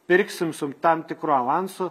pirksim su tam tikru avansu